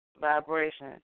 vibration